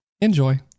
Enjoy